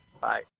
Bye